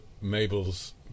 Mabel's